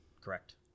Correct